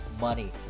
money